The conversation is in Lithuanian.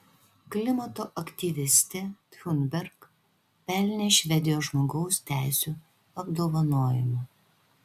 klimato aktyvistė thunberg pelnė švedijos žmogaus teisių apdovanojimą